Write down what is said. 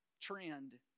trend